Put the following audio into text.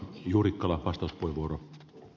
arvoisa puhemies